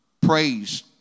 Praise